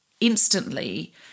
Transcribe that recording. instantly